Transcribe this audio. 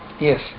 Yes